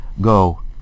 go